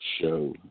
Show